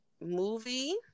movie